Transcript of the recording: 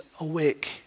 awake